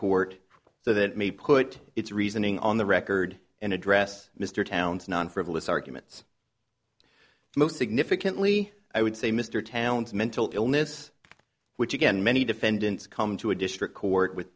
court so that may put its reasoning on the record and address mr towns non frivolous arguments most significantly i would say mr towns mental illness which again many defendants come to a district court with